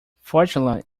fortunately